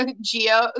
geo